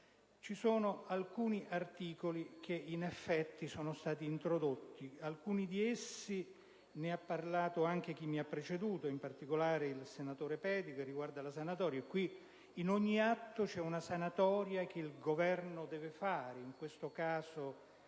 Ci sono alcuni articoli che, in effetti, sono stati introdotti. Alcuni di essi ‑ ne ha parlato anche chi mi ha preceduto, in particolare il senatore Pedica ‑ riguardano la sanatoria. In ogni atto c'è una sanatoria che il Governo deve fare. Anche il